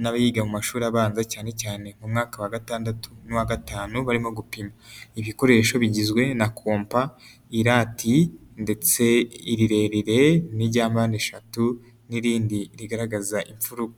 n'abiga mu mashuri abanza cyane cyane mu mwaka wa gatandatu n'uwa gatanu, barimo gupima. Ibikoresho bigizwe: na kompa, irati ndetse irirerire n'irya mpande eshatu n'irindi rigaragaza imfuruka.